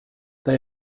they